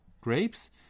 grapes